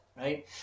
right